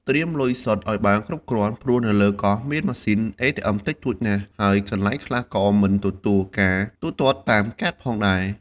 ត្រៀមលុយសុទ្ធ ឲ្យបានគ្រប់គ្រាន់ ព្រោះនៅលើកោះមានម៉ាស៊ីន អេធីអឹម តិចតួចណាស់ ហើយកន្លែងខ្លះក៏មិនទទួលការទូទាត់តាមកាតផងដែរ។